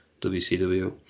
WCW